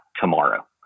tomorrow